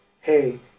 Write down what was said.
hey